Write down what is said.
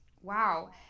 Wow